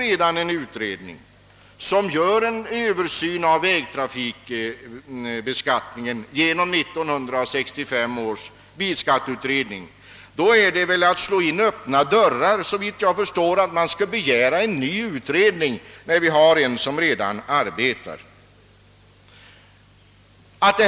En utredning — 1965 års bilskatteutredning är ju redan i färd med att göra en översyn av vägtrafikbeskattningen, och då vore det, såvitt jag förstår, att slå in öppna dörrar att begära en ny utredning.